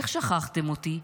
איך שכחתם אותי?